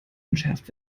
entschärft